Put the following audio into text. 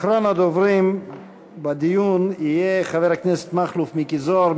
אחרון הדוברים בדיון יהיה חבר הכנסת מכלוף מיקי זוהר,